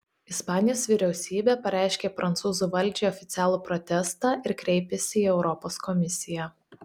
ispanijos vyriausybė pareiškė prancūzų valdžiai oficialų protestą ir kreipėsi į europos komisiją